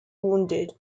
wounded